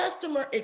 customer